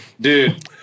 dude